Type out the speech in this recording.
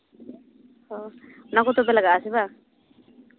ᱚᱸᱻ ᱚᱱᱟ ᱠᱚ ᱛᱚᱵᱮ ᱞᱟᱜᱟᱜᱼᱟ ᱥᱮ ᱵᱟᱝ